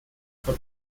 von